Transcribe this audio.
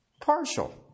partial